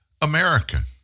American